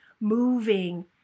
moving